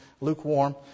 lukewarm